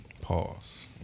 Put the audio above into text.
Pause